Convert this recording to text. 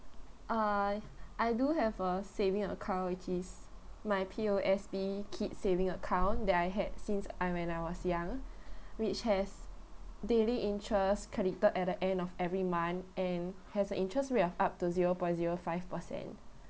err I do have a saving account which is my P_O_S_B kids saving account that I had since I when I was young which has daily interest credited at the end of every month and has a interest rate of up to zero point zero five percent